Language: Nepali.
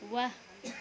वाह